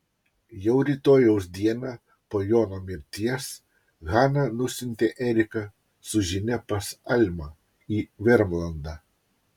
jau rytojaus dieną po jono mirties hana nusiuntė eriką su žinia pas almą į vermlandą